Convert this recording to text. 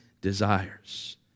desires